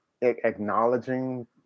acknowledging